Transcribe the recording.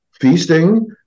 feasting